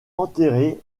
enterré